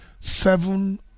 seven